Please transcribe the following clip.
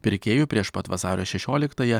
pirkėjų prieš pat vasario šešioliktąją